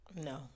No